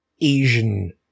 Asian